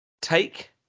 Take